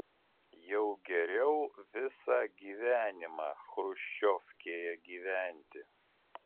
jau geriau visą gyvenimą chruščiovkėje gyventi